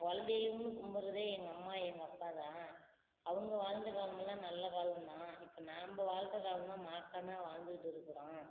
குலதெய்வமும் கும்பிட்றதே எங்கள் அம்மா எங்கள் அப்பாதான் அவங்க வாழ்ந்த காலமெல்லாம் நல்ல காலம்தான் இப்ப நம்ப வாழ்கிற காலம்தான் மாக்கான்னாக வாழ்ந்துக்கிட்டு இருக்கிறோம்